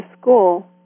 school